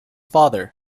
father